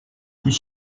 plus